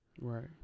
Right